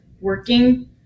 working